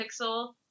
Pixel